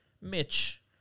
Mitch